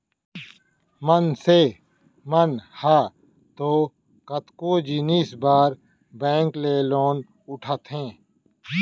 मनसे मन ह तो कतको जिनिस बर बेंक ले लोन उठाथे